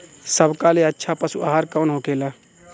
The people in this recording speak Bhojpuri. सबका ले अच्छा पशु आहार कवन होखेला?